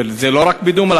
לא רק בדומא.